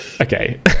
Okay